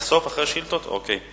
תודה רבה.